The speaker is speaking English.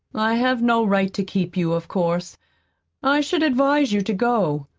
i have no right to keep you of course i should advise you to go.